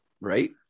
Right